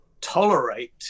tolerate